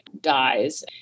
dies